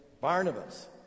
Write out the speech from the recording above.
Barnabas